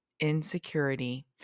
insecurity